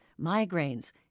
migraines